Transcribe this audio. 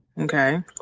Okay